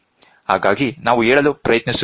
ಹಾಗಾಗಿ ನಾವು ಹೇಳಲು ಪ್ರಯತ್ನಿಸುತ್ತಿದ್ದೇವೆ